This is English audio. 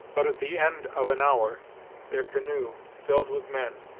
but at the end of an hour their canoe, filled with men,